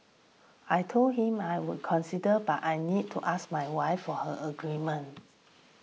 I told him I would consider but I need to ask my wife for her agreement